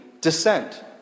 descent